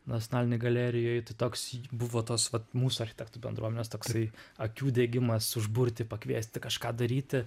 nacionalinėj galerijoj tai toks buvo tos vat mūsų architektų bendruomenės toksai akių degimas užburti pakviesti kažką daryti